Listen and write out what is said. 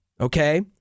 okay